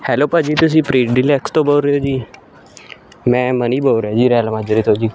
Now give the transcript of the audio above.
hello ਭਾਅ ਜੀ ਤੁਸੀਂ ਪ੍ਰੀਡੀਲੈਕਸ ਤੋਂ ਬੋਲ ਰਹੇ ਹੋ ਜੀ ਮੈਂ ਮਨੀ ਬੋਲ ਰਿਹਾ ਜੀ ਰੈਲਮਾਜਰੇ ਤੋਂ ਜੀ